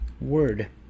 word